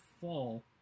fall